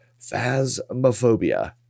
Phasmophobia